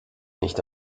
nicht